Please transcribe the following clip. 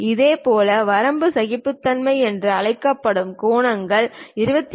இதேபோல் வரம்பு சகிப்புத்தன்மை என்று அழைக்கப்படும் கோணங்களை 28